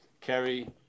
Kerry